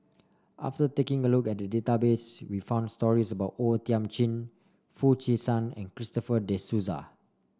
after taking a look at the database we found stories about O Thiam Chin Foo Chee San and Christopher De Souza